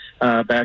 back